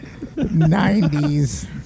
90s